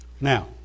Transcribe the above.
Now